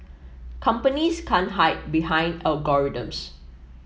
companies can't hide behind algorithms